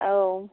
औ